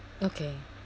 okay